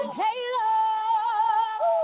halo